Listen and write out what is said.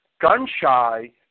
gun-shy